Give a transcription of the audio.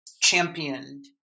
championed